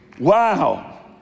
Wow